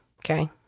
Okay